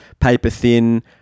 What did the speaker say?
paper-thin